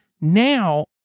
now